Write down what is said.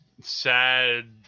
sad